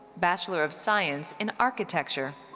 bachelor of science in architecture,